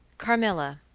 carmilla,